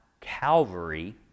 Calvary